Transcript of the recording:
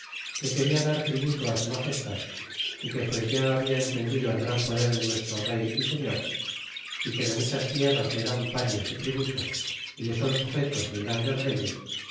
que quena dar tributo á su magestad y que pues ya habla entendido el gran poder de nuestro rey y señor é que de muchas tierras le dan parias y tributos y le son sujetos muy grandes reyes